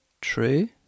true